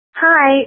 Hi